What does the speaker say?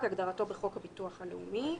כהגדרתו בחוק הביטוח הלאומי.